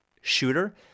shooter